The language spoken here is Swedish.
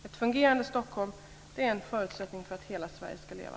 Ett fungerande Stockholm är en förutsättning för att hela Sverige ska leva.